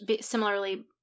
similarly